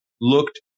looked